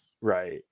Right